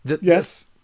Yes